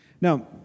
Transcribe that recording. Now